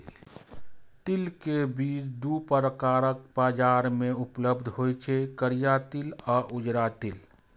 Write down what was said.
तिल के बीज दू प्रकारक बाजार मे उपलब्ध होइ छै, करिया तिल आ उजरा तिल